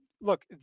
look